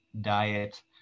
diet